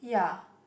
ya